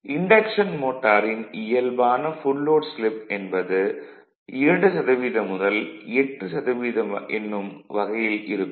induction மோட்டாரின் இயல்பான full load slip என்பது 2 சதவீதம் முதல் 8 சதவீதம் என்னும் வகையில் இருக்கும்